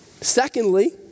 Secondly